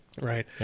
Right